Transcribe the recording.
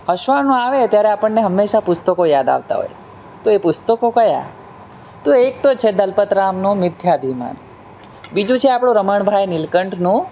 હસવાનું આવે ત્યારે આપણને હંમેશાં પુસ્તકો યાદ આવતા હોય તો એ પુસ્તકો કયા તો એક તો છે દલપત રામનો મિથ્યાભીમાન બીજું છે આપણું રમણભાઈ નીલકંઠનું